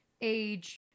age